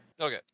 Okay